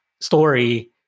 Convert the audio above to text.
story